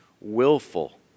willful